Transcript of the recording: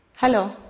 Hello